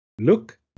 Look